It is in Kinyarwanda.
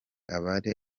abari